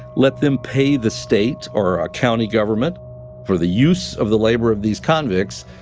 let them pay the state or county government for the use of the labor of these convicts,